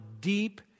deep